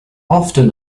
often